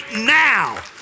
now